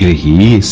ah he